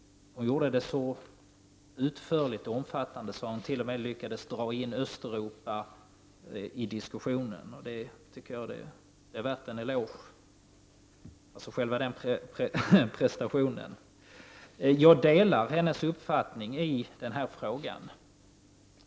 Hon gjorde det så utförligt att hon t.o.m. lyckades dra in Östeuropa i diskussionen. Den prestationen är värd en eloge. Jag delar hennes uppfattning i denna fråga.